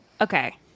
Okay